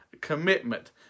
commitment